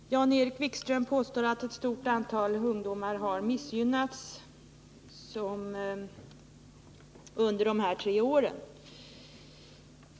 Herr talman! Jan-Erik Wikström påstår att ett stort antal ungdomar har missgynnats under de här tre åren.